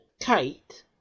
Kate